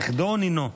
נכדו או נינו?